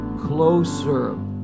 closer